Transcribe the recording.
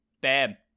Bam